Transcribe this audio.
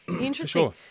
interesting